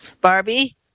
Barbie